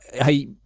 hey